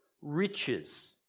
riches